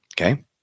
Okay